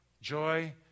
joy